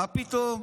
מה פתאום.